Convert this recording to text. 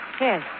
Yes